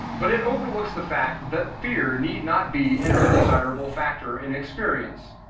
but it overlooks the fact that fear need not be an undesirable factor in experience.